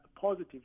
positive